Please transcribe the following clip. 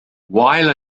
while